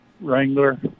Wrangler